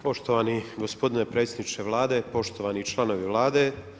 Poštovani gospodine predsjedniče Vlade, poštovani članovi Vlade.